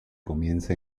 comienza